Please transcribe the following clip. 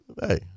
hey